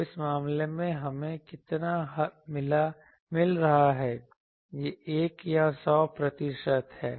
तो इस मामले में हमें कितना मिल रहा है यह 1 या 100 प्रतिशत है